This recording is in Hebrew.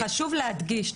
חשוב להדגיש,